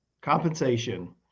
compensation